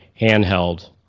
handheld